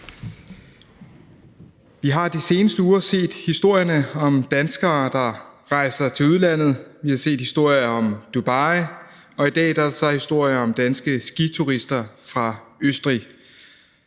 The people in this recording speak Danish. Vi har de seneste uger set historier om danskere, der rejser til udlandet. Vi har set historier om Dubai, og i dag er der så historier om danske skiturister i Østrig.